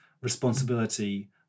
responsibility